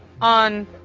on